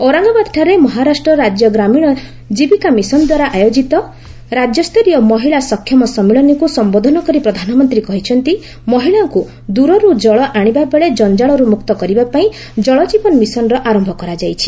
ଔରଙ୍ଗାବାଦ୍ଠାରେ ମହାରାଷ୍ଟ୍ର ରାଜ୍ୟ ଗ୍ରାମୀଣ ଜୀବିକା ମିଶନ୍ଦ୍ୱାରା ଆୟୋଜିତ ରାଜ୍ୟସ୍ତରୀୟ ମହିଳା ସକ୍ଷମ ସମ୍ମିଳନୀକୁ ସମ୍ବୋଧନ କରି ପ୍ରଧାନମନ୍ତ୍ରୀ କହିଛନ୍ତି ମହିଳାଙ୍କୁ ଦୂରରୁ ଜଳ ଆଣିବାବେଳେ ଜଞ୍ଜାଳରୁ ମୁକ୍ତ କରିବାପାଇଁ ଜଳକୀବନ ମିଶନ୍ର ଆରମ୍ଭ କରାଯାଇଛି